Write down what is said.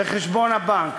בחשבון הבנק.